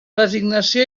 designació